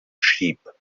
sheep